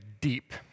deep